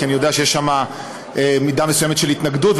כי אני יודע שיש שמה מידה מסוימת של התנגדות.